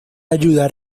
ayudar